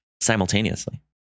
simultaneously